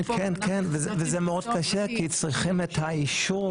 כן, זה מאוד קשה, כי צריכים את האישור.